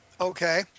Okay